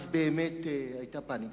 אז באמת היתה פניקה.